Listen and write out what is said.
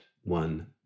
one